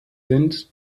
sind